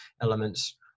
elements